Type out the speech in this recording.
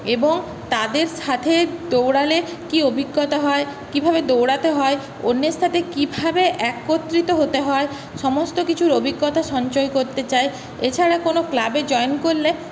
এবং তাদের সাথে দৌড়ালে কী অভিজ্ঞতা হয় কীভাবে দৌড়াতে হয় অন্যের সাথে কীভাবে একত্রিত হতে হয় সমস্তকিছুর অভিজ্ঞতা সঞ্চয় করতে চাই এছাড়া কোনো ক্লাবে জয়েন করলে